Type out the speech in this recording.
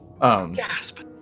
Gasp